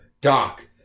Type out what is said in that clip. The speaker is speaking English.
doc